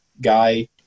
guy